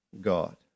God